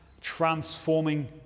transforming